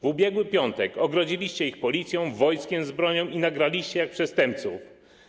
W ubiegły piątek ogrodziliście ich policją, wojskiem z bronią i nagraliście jak przestępców.